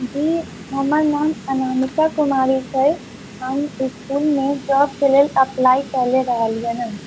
जी हमर नाम अनामिका कुमारी छै हम इस्कुलमे जॉबके लेल अप्लाइ कयले रहलियै हन